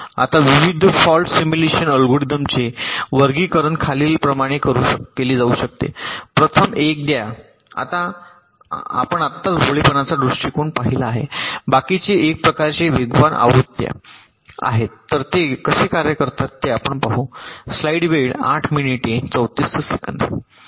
आता विविध fault simulation अल्गोरिदमचे वर्गीकरण खालीलप्रमाणे केले जाऊ शकते प्रथम एक द्या आपण आत्ताच भोळेपणाचा दृष्टीकोन पाहिला आहे बाकीचे एक प्रकारचे वेगवान आहेत आवृत्त्या तर ते कसे कार्य करतात ते आपण पाहू